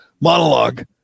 monologue